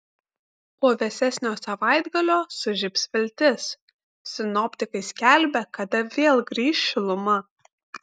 po vėsesnio savaitgalio sužibs viltis sinoptikai skelbia kada vėl grįš šiluma